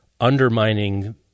undermining